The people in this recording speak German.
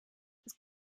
das